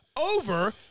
Over